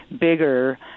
bigger